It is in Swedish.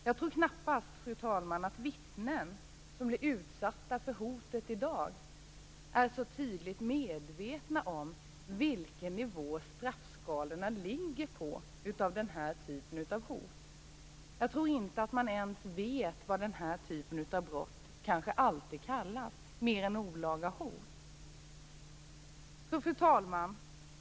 Jag tror knappast att vittnen som blir utsatta för hot i dag är så tydligt medvetna om vilken nivå straffskalorna ligger på för den här typen av hot. Jag tror inte att de kanske alltid ens vet vad den här typen av brott kallas, mer än olaga hot. Fru talman!